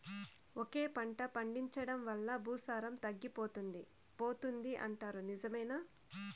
ఒకే పంట పండించడం వల్ల భూసారం తగ్గిపోతుంది పోతుంది అంటారు నిజమేనా